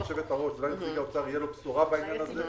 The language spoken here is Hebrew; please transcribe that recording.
אולי לנציג האוצר תהיה בשורה בעניין הזה.